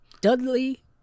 Dudley